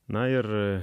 na ir